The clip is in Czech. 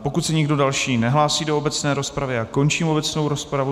Pokud se nikdo další nehlásí do obecné rozpravy, končím obecnou rozpravu.